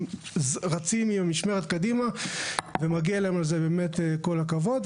הם רצים עם המשמרת קדימה ומגיע להם על זה באמת כל הכבוד.